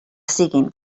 siguin